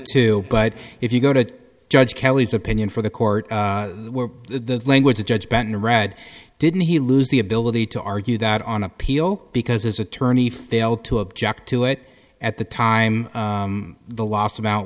two but if you go to judge kelly's opinion for the court were the language the judge back and read didn't he lose the ability to argue that on appeal because his attorney failed to object to it at the time the last about